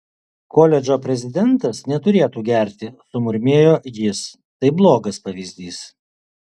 koledžo prezidentas neturėtų gerti sumurmėjo jis tai blogas pavyzdys